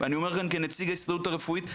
ואני אומר לכם כנציג ההסתדרות הרפואית,